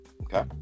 Okay